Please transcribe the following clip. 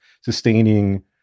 sustaining